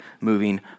moving